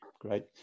Great